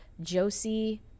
Josie